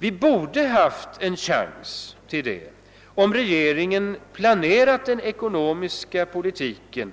Vi borde ha haft en chans till det, om regeringen planerat den ekonomiska politiken